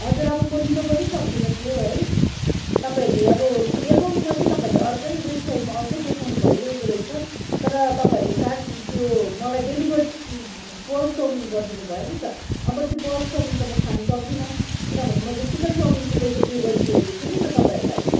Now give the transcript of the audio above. हजुर अब म लिनु पनि सक्दिनँ त्यो है तपाईँहरूले अब देखाउनुमा चाहिँ तपाईँहरूले अर्कै वेबसाइटमा अर्कै देखाउनु भइरहेको रहेछ तर तपाईँहरूले काट त्यो मलाई डेलिभर चाहिँ पर्क चाउमिन गरिदिनुभयो नि त अब म त्यो पर्क चाउमिन त खानु सक्दिनँ किनभने मैले त चिकन चउमिनको पैसा पे गरिसकेको छु नि त तपाईँहरूलाई